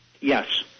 Yes